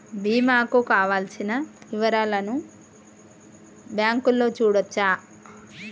బీమా కు కావలసిన వివరాలను బ్యాంకులో చూడొచ్చా?